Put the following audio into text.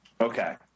Okay